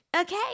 Okay